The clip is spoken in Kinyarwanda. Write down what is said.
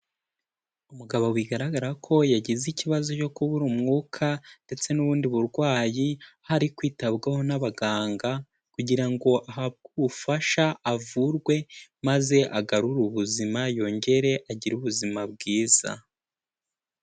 Umugabo bigaragara ko yagize ikibazo cyo kubura umwuka ndetse n'ubundi burwayi, aho hari kwitabwaho n'abaganga, kugira ngo ahabwe ubufasha avurwe maze agarure ubuzima, yongere agire ubuzima bwiza.